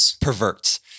perverts